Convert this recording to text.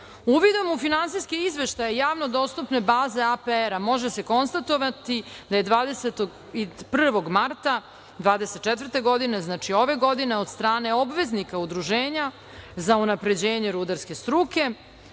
u finansijske izveštaje javno dostupne baze APR-a može se konstatovati da je 21. marta 2024. godine, znači ove godine, od strane obveznika Udruženja za unapređenje rudarske struke